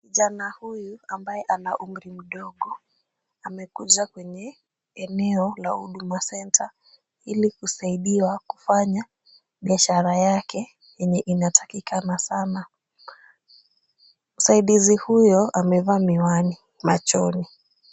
Kijana huyu ambaye ana umri mdogo amekuja kwenye eneo la huduma centre ili kusaidiwa kufanya biashara yake yenye inatakikana sana. Msaidizi huyo amevaa miwani machoni.